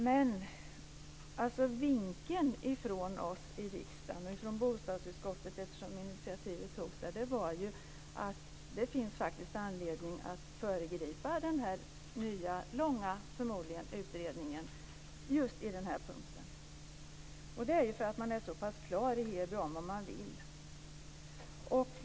Men vinken från oss i riksdagen och från bostadsutskottet, som tog initiativet, var att det faktiskt finns anledning att föregripa den nya, förmodligen långa utredningen just på den här punkten därför att man är så pass klar i Heby om vad man vill.